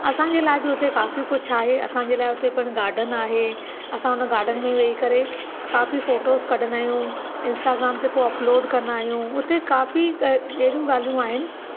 असांजे लाइ बि हुते काफ़ी कुझु आहे असांजे लाइ हुते पिणि गार्डन आहे असां हुन गार्डन में वेही करे काफ़ी फोटोज़ कढंदा आहियूं इंस्टाग्राम ते पोइ अपलोड कंदा आहियूं हुते काफ़ी कि हेड़ियूं ॻाल्हियूं आहिनि